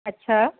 अच्छा